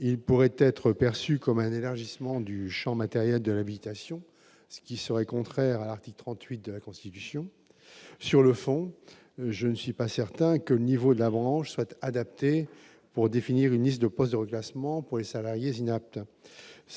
il pourrait être perçu comme un élargissement du Champ de l'habitation, ce qui serait contraire à l'article 38 de la Constitution sur le fond, je ne suis pas certain que le niveau d'avant, souhaite adapter pour définir une liste de postes de reclassement pour les salariés inapte,